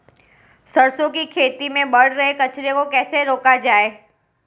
सरसों की खेती में बढ़ रहे कचरे को कैसे रोका जाए?